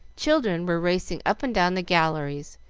children were racing up and down the galleries,